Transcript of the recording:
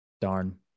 Darn